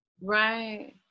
Right